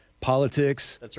politics